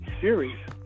series